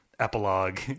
epilogue